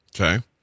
okay